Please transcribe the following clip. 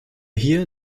hier